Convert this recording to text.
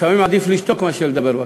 לפעמים עדיף לשתוק בכנסת מאשר לדבר.